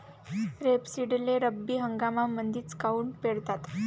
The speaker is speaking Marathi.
रेपसीडले रब्बी हंगामामंदीच काऊन पेरतात?